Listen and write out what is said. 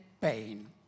pain